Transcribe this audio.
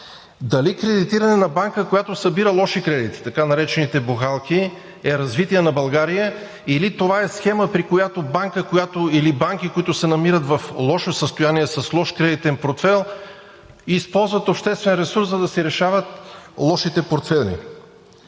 Дали кредитиране на Банка, която събира лоши кредити, така наречените бухалки, е развитие на България, или това е схема, при която банка или банки, които се намират в лошо състояние, с лош кредитен портфейл, използват обществен ресурс, за да си решават лошите портфейли?